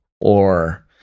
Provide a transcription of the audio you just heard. Or-